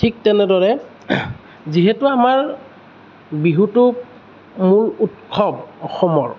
ঠিক তেনেদৰে যিহেতু আমাৰ বিহুটো মূল উৎসৱ অসমৰ